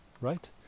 right